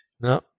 No